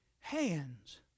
hands